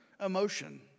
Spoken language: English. emotion